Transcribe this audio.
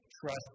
trust